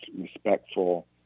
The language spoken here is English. respectful